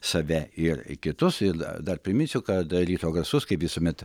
save ir kitus ir dar priminsiu kad ryto garsus kaip visuomet